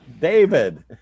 david